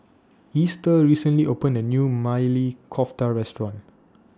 Easter recently opened A New Maili Kofta Restaurant